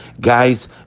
guys